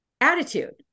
attitude